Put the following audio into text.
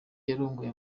yarongoye